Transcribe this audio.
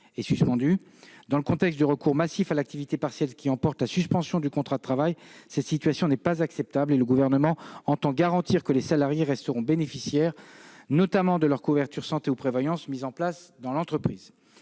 Dans le contexte du recours massif à l'activité partielle, qui emporte la suspension du contrat de travail, cette situation n'est pas acceptable. Le Gouvernement entend garantir que les salariés resteront bénéficiaires notamment de leur couverture santé ou prévoyance mise en place dans l'entreprise.